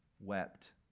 wept